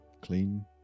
clean